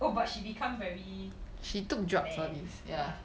oh but she become very bad yeah